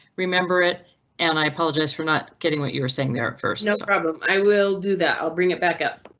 remember it an i apologize for not. getting what you were saying. their first problem. i will do that. i'll bring it back up.